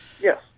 Yes